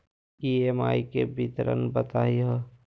EMI के विवरण बताही हो?